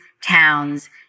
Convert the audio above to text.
towns